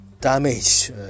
damage